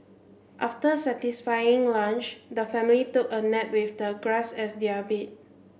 after satisfying lunch the family took a nap with the grass as their bed